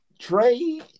Trey